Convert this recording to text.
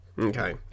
Okay